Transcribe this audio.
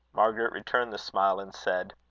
margaret returned the smile, and said